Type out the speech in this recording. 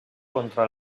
contra